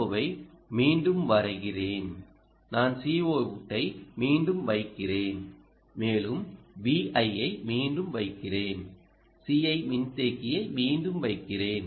ஓவை மீண்டும் வரைகிறேன் நான் Coutஐ மீண்டும் வைக்கிறேன் மேலும் Vi ஐ மீண்டும் வைக்கிறேன் Ci மின்தேக்கியை மீண்டும் வைக்கிறேன்